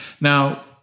now